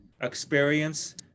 experience